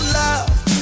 love